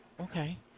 Okay